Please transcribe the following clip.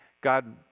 God